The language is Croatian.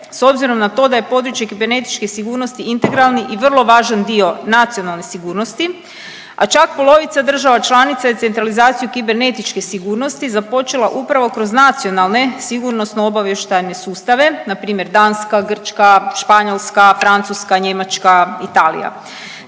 s obzirom na to da je područje kibernetičke sigurnosti integralni i vrlo važan dio nacionalne sigurnosti, a čak polovica država članica je centralizaciju kibernetičke sigurnosti započela upravo kroz nacionalne sigurnosno obavještajne sustave, npr. Danska, Grčka, Španjolska, Francuska, Njemačka, Italija.